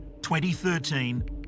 2013